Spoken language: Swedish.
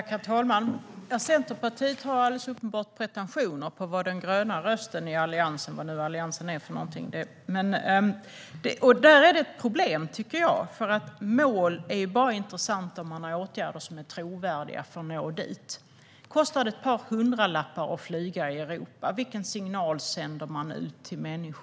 Herr talman! Centerpartiet har alldeles uppenbart pretentioner på att vara den gröna rösten i Alliansen, vad nu Alliansen är. Det blir ett problem med detta, tycker jag. Mål är bara intressanta om man har åtgärder som är trovärdiga för att nå dit. Vilken signal sänder man ut till människor om det kostar ett par hundralappar att flyga i Europa?